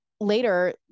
later